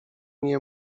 nie